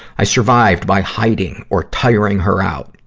i survived by hiding or tiring her out.